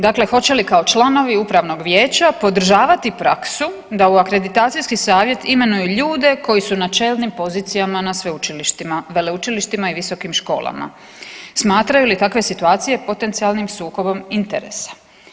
Dakle, hoće li kao članovi upravnog vijeća podržavati praksu da u akreditacijski savjet imenuju ljude koji su na čelnim pozicijama na sveučilištima, veleučilištima i visokim školama, smatraju li takve situacije potencijalnim sukobom interesa?